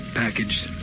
packaged